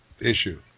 issue